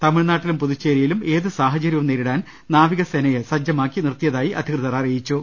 തമിഴ്നാട്ടിലും പുതുച്ചേരിയിലും ഏത് സാഹചര്യവും നേരിടാൻ നാവികസേനയെ സജ്ജമാക്കി നിർത്തിയതായി അധികൃതർ അറിയി ച്ചു